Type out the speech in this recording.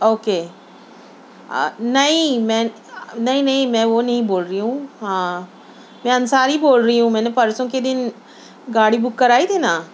okay نہیں میں نہیں نہیں میں وہ نہیں بول رہی ہوں ہاں میں انصاری بول رہی ہوں میں نے پرسوں کے دن گاڑی بک کرائی تھی نہ